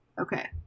Okay